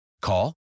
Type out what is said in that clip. Call